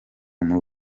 muri